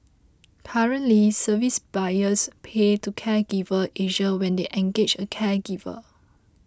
currently service buyers pay to Caregiver Asia when they engage a caregiver